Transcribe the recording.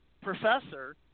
professor